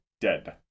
dead